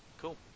Cool